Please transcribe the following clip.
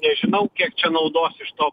nežinau kiek čia naudos iš to